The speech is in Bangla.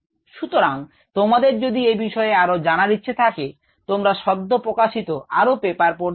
সুতরাং তোমাদের যদি এ বিষয়ে আরো জানার ইচ্ছে থাকে তোমরা সদ্যপ্রকাশিত আরো পেপার পড়তে পারো